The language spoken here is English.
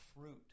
fruit